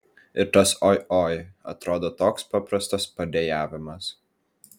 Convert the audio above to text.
ir tas oi oi atrodo toks paprastas padejavimas